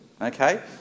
Okay